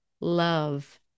love